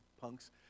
punks